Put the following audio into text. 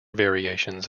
variations